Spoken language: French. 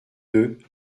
deux